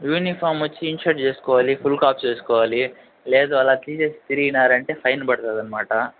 uniform వచ్చి inshirt చేసుకోవాలి full కాఫ్స్ వేసుకోవాలి లేదు అలా తీసి తిరిగినారంటే ఫైన్ పడతుంది అన్నమాట